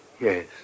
Yes